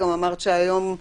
גם אמרת שהיום,